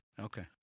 Okay